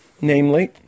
Namely